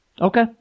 Okay